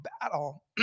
battle